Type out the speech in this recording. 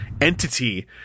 entity